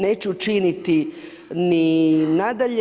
Neću činiti ni nadalje.